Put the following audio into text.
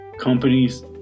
companies